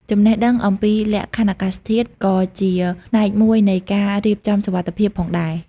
ចំណេះដឹង អំពីលក្ខខណ្ឌអាកាសធាតុ ក៏ជាផ្នែកមួយនៃការរៀបចំសុវត្ថិភាពផងដែរ។